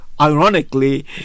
Ironically